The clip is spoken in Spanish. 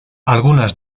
algunas